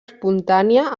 espontània